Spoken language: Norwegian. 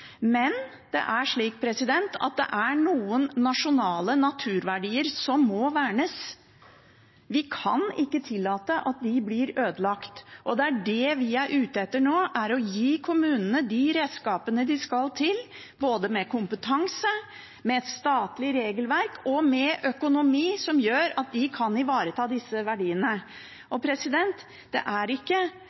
at de skal tas vekk, men det er noen nasjonale naturverdier som må vernes. Vi kan ikke tillate at de blir ødelagt. Det vi er ute etter nå, er å gi kommunene de redskapene som skal til – både med kompetanse, med statlig regelverk og med økonomi – så de kan ivareta disse verdiene. Det er jo ikke